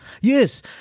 Yes